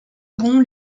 bons